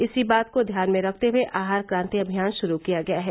इसी बात को ध्यान में रखते हुए आहार क्रांति अभियान शुरू किया गया है